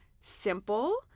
simple